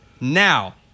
now